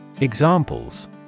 Examples